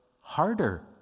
harder